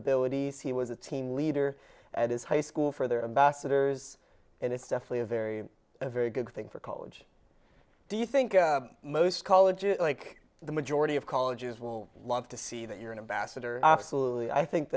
abilities he was a team leader at his high school for their ambassadors and it's definitely a very very good thing for college do you think most colleges like the majority of colleges will love to see that you're in a basket or absolutely i think